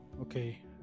Okay